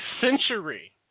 century